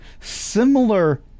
similar